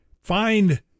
find